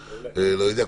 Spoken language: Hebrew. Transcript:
אני לא יודע.